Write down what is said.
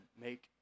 make